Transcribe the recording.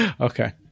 Okay